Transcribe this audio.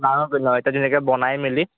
ডাঙৰ কৰিলে এতিয়া ধুনীয়াকৈ বনাই মেলি